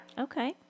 Okay